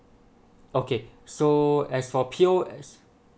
okay so as for P O S